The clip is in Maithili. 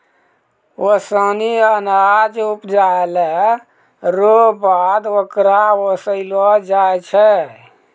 ओसानी अनाज उपजैला रो बाद होकरा ओसैलो जाय छै